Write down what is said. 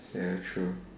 ya true